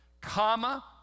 comma